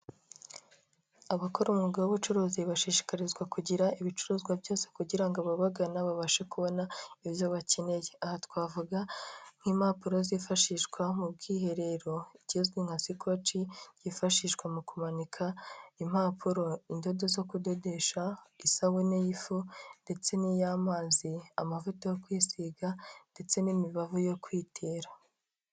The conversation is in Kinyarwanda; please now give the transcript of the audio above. Abakora umwuga w'ubucuruzi bashishikarizwa kugira ibicuruzwa byose kugira ngo ababagana babashe kubona ibyo bakeneye, aha twavuga nk'impapuro zifashishwa mu bwiherero, ikizwi nka sikoci yifashishwa mu kumanika impapuro, indodo zo kudodesha, isabune y'ifu ndetse n'iy'amazi, amavuta yo kwisiga ndetse n'imibavu yo kwitera.